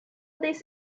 this